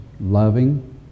loving